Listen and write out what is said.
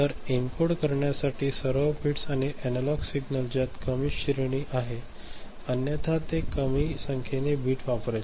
तर एन्कोड करण्यासाठी सर्व बिट्स आणि एनालॉग सिग्नल ज्यात कमी श्रेणी आहे अन्यथा ते कमी संख्येने बिट वापरेल